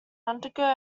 undergo